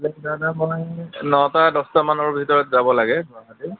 তেতিয়াহ'লে মই নটা দহটা মানৰ ভিতৰত যাব লাগে গুৱাহাটী